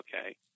okay